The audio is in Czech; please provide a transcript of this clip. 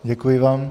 Děkuji vám.